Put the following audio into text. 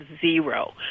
zero